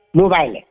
mobile